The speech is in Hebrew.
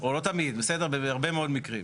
או לא תמיד, בסדר, בהרבה מאוד מקרים.